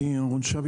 טוב,